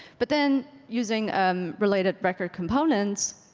but then, using related record components,